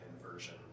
inversion